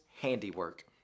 handiwork